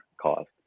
caused